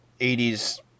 80s